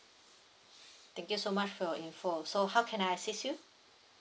thank you so much for your info so how can I assist you